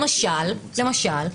למשל,